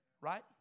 Right